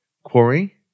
Quarry